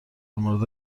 مورد